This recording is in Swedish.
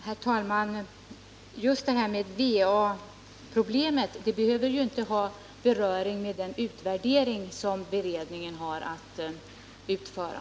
Herr talman! Just vattenoch avloppsproblemet behöver ju inte ha beröring med den utvärdering som beredningen har att utföra.